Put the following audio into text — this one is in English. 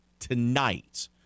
Tonight